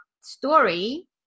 story